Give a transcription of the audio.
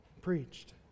preached